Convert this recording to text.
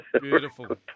Beautiful